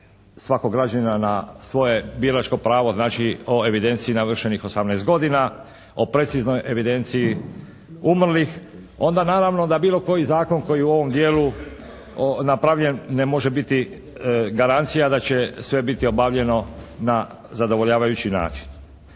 svakog građanina na svoje biračko pravo, znači o evidenciji navršenih 18 godina, o preciznoj evidenciji umrlih, onda naravno da bilo koji zakon koji u ovom dijelu napravljen ne može biti garancija da će sve biti obavljeno na zadovoljavajući način.